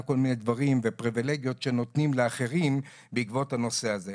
כל מיני דברים ופריווילגיות שנותנים לאחרים בעקבות הנושא הזה.